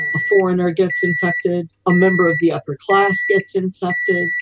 aforeign or gets infected. a member of the upper class gets infected.